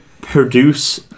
produce